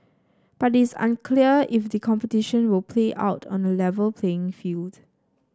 but is unclear if the competition will play out on A Level playing field